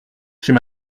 chez